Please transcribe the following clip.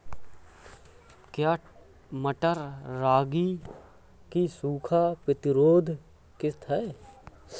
क्या मटर रागी की सूखा प्रतिरोध किश्त है?